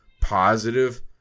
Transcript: positive